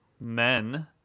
men